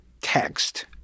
text